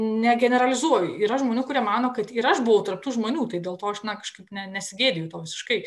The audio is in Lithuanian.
negeneralizuoju yra žmonių kurie mano kad ir aš buvau tarp tų žmonių tai dėl to aš na kažkaip ne nesigėdiju to visiškai